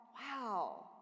wow